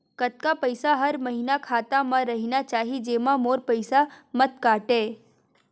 कतका पईसा हर महीना खाता मा रहिना चाही जेमा मोर पईसा मत काटे?